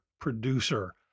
producer